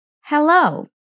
Hello